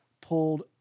pulled